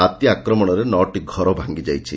ହାତୀ ଆକ୍ରମଣରେ ଟି ଘର ଭାଙ୍ଗି ଯାଇଛି